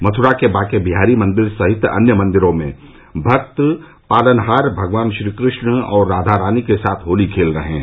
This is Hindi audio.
मथुरा के बांकेबिहारी मंदिर सहित अन्य मंदिरों में भक्त पालनहार भगवान श्रीकृष्ण और राधारानी के साथ होली खेल रहे हैं